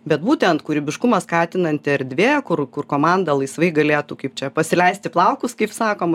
bet būtent kūrybiškumą skatinanti erdvė kur kur komanda laisvai galėtų kaip čia pasileisti plaukus kaip sakoma